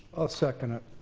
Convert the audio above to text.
second it.